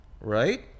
right